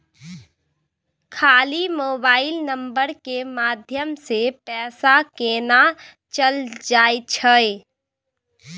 खाली mobile number के माध्यम से पैसा केना चल जायछै?